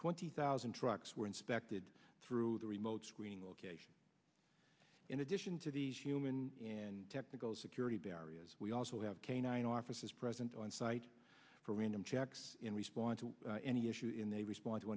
twenty thousand trucks were inspected through the remote screening location in addition to the human and technical security barriers we also have canine officers present on site for random checks in response to any issue in a response to